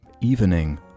Evening